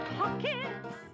pockets